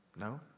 No